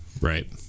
right